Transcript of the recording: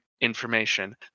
information